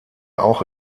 auch